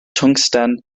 twngsten